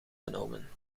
genomen